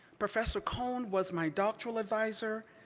professor cone was my doctoral advisor,